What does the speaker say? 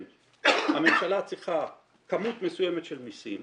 הממשלה צריכה כמות מסוימת של מיסים.